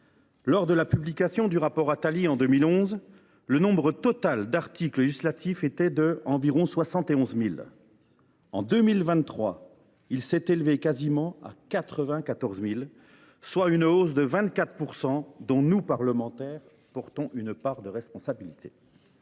lors de la publication du rapport Attali, le nombre total d’articles législatifs était d’environ 71 000. En 2023, il s’est élevé à quasiment 94 000, soit une hausse de 24 % dont, nous parlementaires, sommes en partie responsables.